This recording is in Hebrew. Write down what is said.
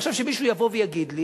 עכשיו שמישהו יגיד לי